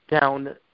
down